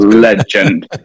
Legend